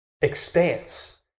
expanse